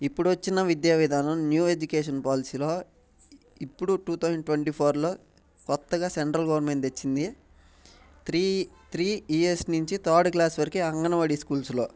ఇప్పుడు వచ్చిన విద్యావిధానం న్యూ ఎడ్యుకేషన్ పాలసీలో ఇప్పుడు టూ థౌసండ్ ట్వంటీ ఫోర్లో కొంచెం కొత్తగా సెంట్రల్ గవర్నమెంట్ తెచ్చింది త్రీ త్రీ ఇయర్స్ నుంచి థర్డ్ క్లాస్ వరకు అంగన్వాడి స్కూల్స్లో